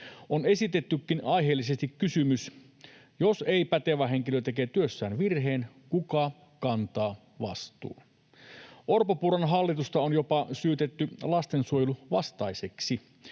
esitetty aiheellisesti kysymys: jos ei-pätevä henkilö tekee työssään virheen, kuka kantaa vastuun? Orpon—Purran hallitusta on jopa syytetty lastensuojeluvastaiseksi.